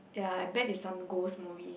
ya I bet is some ghost movie